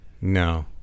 No